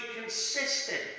consistent